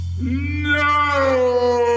no